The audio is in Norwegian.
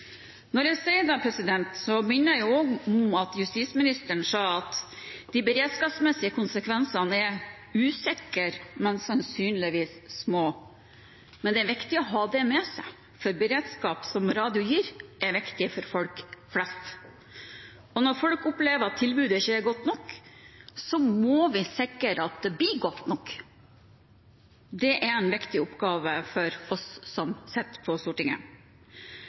sier det, minner jeg også om at justisministeren sa at de beredskapsmessige konsekvensene er usikre, men sannsynligvis små. Men det er viktig å ha det med seg, for beredskapen radioen gir, er viktig for folk flest. Når folk opplever at tilbudet ikke er godt nok, så må vi sikre at det blir godt nok. Det er en viktig oppgave for oss som sitter på Stortinget.